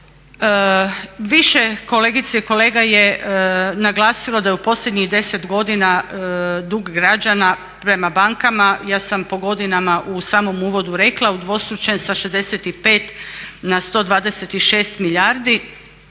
Više kolegica i kolega je naglasilo da je u posljednjih 10 godina dug građana prema bankama, ja sam po godinama u samom uvodu rekla, udvostručen sa 65 na 126 milijardi